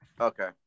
Okay